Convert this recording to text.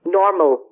normal